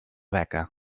beca